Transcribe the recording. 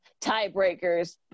tiebreakers